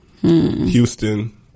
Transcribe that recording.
Houston